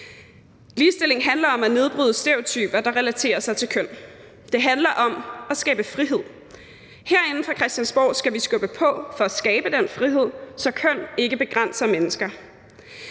Ligestilling handler om at nedbryde stereotyper, der relaterer sig til køn. Det handler om at skabe frihed. Herinde fra Christiansborg skal vi skubbe på for at skabe den frihed, så køn ikke begrænser mennesker,